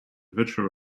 virtual